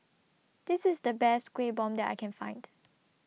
This IS The Best Kuih Bom that I Can Find